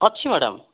ଅଛି ମ୍ୟାଡ଼ାମ୍